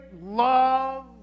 love